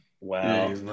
Wow